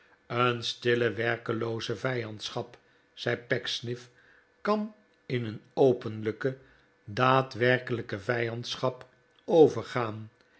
een stille werkelooze vijandschap zei pecksniff kan in een openlijke daadwermaarten chuzzlewit kelijke vijandschap overgaan